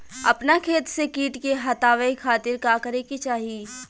अपना खेत से कीट के हतावे खातिर का करे के चाही?